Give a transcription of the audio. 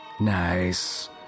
Nice